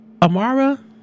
Amara